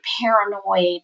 paranoid